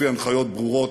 לפי הנחיות ברורות.